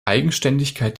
eigenständigkeit